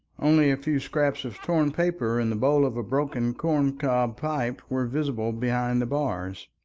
only a few scraps of torn paper and the bowl of a broken corn-cob pipe were visible behind the bars,